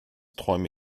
träume